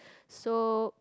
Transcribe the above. so